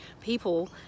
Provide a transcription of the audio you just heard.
people